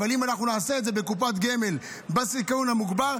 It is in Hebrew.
אבל אם נעשה את זה בקופת גמל בסיכון המוגבר,